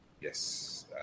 Yes